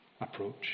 approach